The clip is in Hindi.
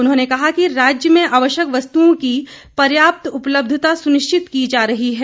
उन्होंने कहा कि राज्य में आवश्यक वस्तुओं की पर्याप्त उपलब्धता सुनिश्चित की जा रही है